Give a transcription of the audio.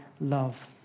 love